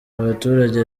abaturage